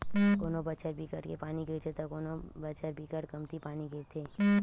कोनो बछर बिकट के पानी गिरथे त कोनो बछर बिकट कमती पानी गिरथे